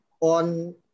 on